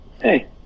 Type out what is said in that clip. hey